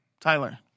Tyler